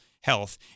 health